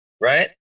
Right